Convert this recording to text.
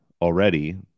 already